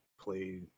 play